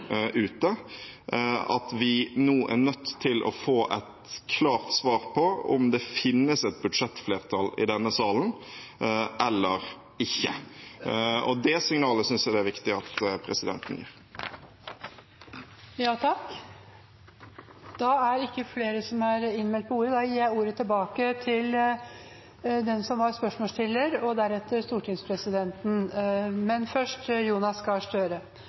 ute, at vi nå er nødt til å få et klart svar på om det finnes et budsjettflertall i denne salen eller ikke. Det signalet synes jeg det er viktig at presidenten gir. Flere har ikke bedt om ordet. Presidenten gir da ordet til spørsmålsstilleren – som får ordet én gang til i inntil 3 minutter – og deretter til stortingspresidenten.